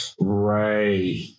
Right